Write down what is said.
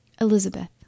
ELIZABETH